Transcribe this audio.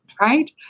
Right